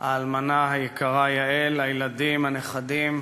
האלמנה היקרה יעל, הילדים, הנכדים,